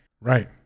Right